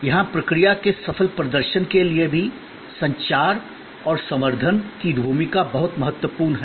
यहां प्रक्रिया के सफल प्रदर्शन के लिए भी संचार और संवर्धन की भूमिका बहुत महत्वपूर्ण है